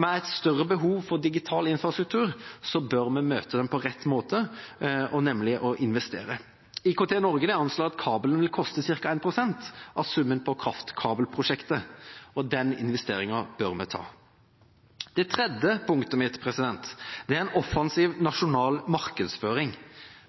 med et større behov for digital infrastruktur, bør vi møte dem på rett måte, nemlig ved å investere. IKT-Norge anslår at kabelen vil koste ca. 1 pst. av summen på kraftkabelprosjektet, og den investeringen bør vi ta. Det tredje punktet mitt er en offensiv nasjonal markedsføring.